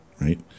right